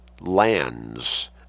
lands